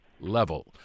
level